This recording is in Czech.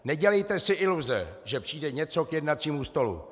Nedělejte si iluze, že přijde něco k jednacímu stolu.